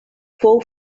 fou